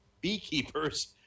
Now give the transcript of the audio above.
beekeepers